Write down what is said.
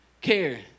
care